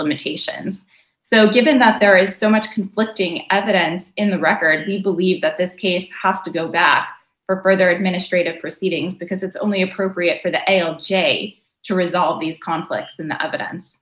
limitations so given that there is so much conflicting evidence in the record we believe that this case has to go back further administrative proceedings because it's only appropriate for the a o j to resolve these conflicts in the evidence